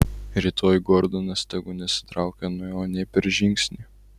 rytoj gordonas tegu nesitraukia nuo jo nė per žingsnį